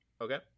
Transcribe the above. Okay